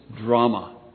drama